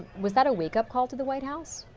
was that a wake-up call to the white house?